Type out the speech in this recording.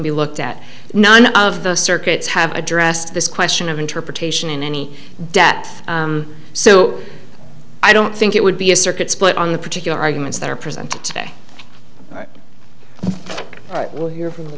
be looked at nine of the circuits have addressed this question of interpretation in any depth so i don't think it would be a circuit split on the particular arguments that are present today right we'll hear from the